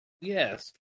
Yes